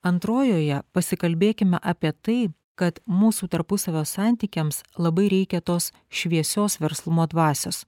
antrojoje pasikalbėkim apie tai kad mūsų tarpusavio santykiams labai reikia tos šviesios verslumo dvasios